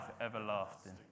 everlasting